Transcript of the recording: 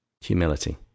Humility